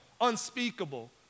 unspeakable